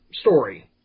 story